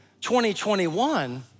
2021